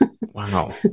Wow